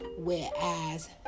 whereas